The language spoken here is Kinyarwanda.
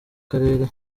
karere